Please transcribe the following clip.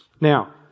Now